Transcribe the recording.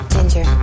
Ginger